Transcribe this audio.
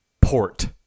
Port